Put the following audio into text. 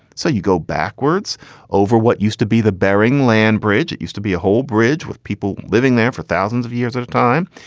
so you go backwards over what used to be the bering land bridge. it used to be a whole bridge with people living there for thousands of years at a time.